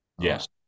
Yes